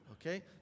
Okay